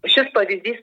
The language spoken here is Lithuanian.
šis pavyzdys